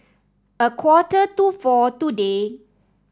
a quarter to four today